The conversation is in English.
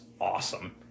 awesome